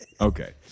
Okay